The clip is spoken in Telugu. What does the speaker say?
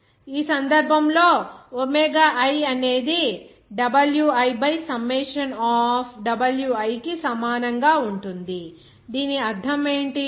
iWii1nWi i ఈ సందర్భంలో ఒమేగా i అనేది Wi by summation of Wi కి సమానంగా ఉంటుంది దీని అర్థం ఏమిటి